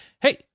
hey